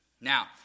Now